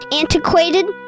antiquated